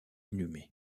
inhumé